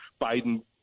Biden